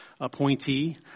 appointee